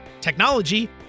technology